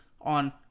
on